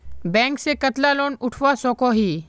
Bank से कतला loan उठवा सकोही?